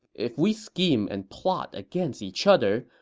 if we scheme and plot against each other,